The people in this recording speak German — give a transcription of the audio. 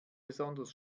besonders